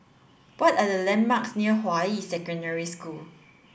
what are the landmarks near Hua Yi Secondary School